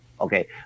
okay